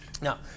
now